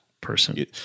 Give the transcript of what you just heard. Person